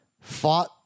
fought